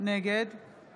נגד